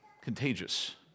contagious